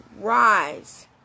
rise